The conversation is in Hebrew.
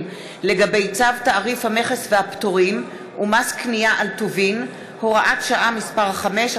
בדבר צו תעריף המכס והפטורים ומס קנייה על טובין (הוראת שעה מס' 5),